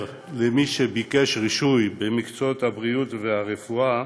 למי שביקש רישוי במקצועות הבריאות והרפואה